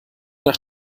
nach